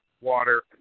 water